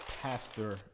Pastor